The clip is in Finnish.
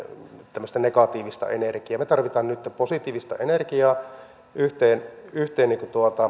tämmöistä negatiivista energiaa me tarvitsemme nytten positiivista energiaa yhteen yhteen